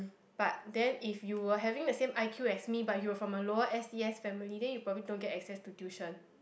but then if you will having the same I_Q as me but you are from a lower S_E_S family then you probably don't get access to tuition